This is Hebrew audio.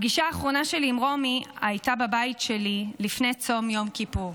הפגישה האחרונה שלי עם רומי הייתה בבית שלי לפני צום יום כיפור.